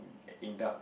in dark